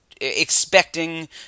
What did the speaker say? expecting